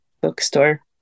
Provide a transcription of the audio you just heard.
bookstore